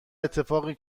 اتفاقی